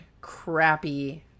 crappy